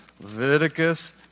Leviticus